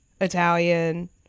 italian